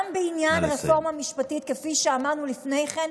גם בעניין הרפורמה המשפטית, כפי שאמרנו לפני כן,